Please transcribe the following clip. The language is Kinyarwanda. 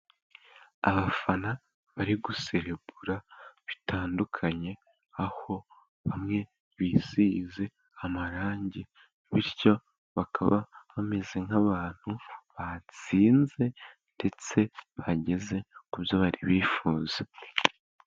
Abafana bari guselebura bitandukanye, aho bamwe bisize amarangi, bityo bakaba bameze nk’abantu batsinze ndetse bageze ku byo bari bifuza.